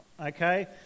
okay